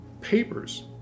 papers